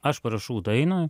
aš parašau dainą